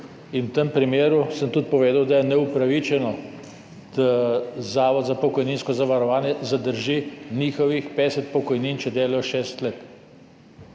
%. V tem primeru sem tudi povedal, da je neupravičeno, da zavod za pokojninsko zavarovanje zadrži njihovih 50 pokojnin, če delajo šest let.